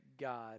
God